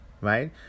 right